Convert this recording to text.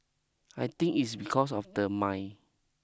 I think it's because of the mine